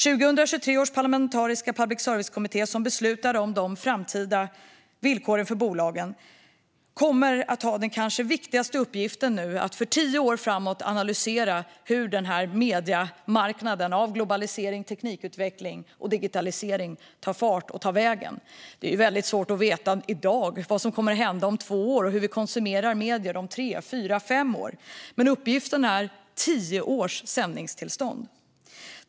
2023 års parlamentariska public service-kommitté, som beslutar om de framtida villkoren för bolagen, kommer nu att ha som kanske viktigaste uppgift att för tio år framåt analysera hur mediemarknaden av globalisering, teknikutveckling och digitalisering tar fart och vart den tar vägen. Det är väldigt svårt att veta i dag vad som kommer att hända om två år och hur vi konsumerar medier om tre, fyra eller fem år. Men uppgiften är tio års sändningstillstånd.